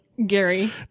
Gary